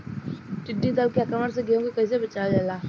टिडी दल के आक्रमण से गेहूँ के कइसे बचावल जाला?